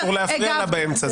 אבל אסור להפריע לה באמצע.